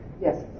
Yes